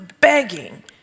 begging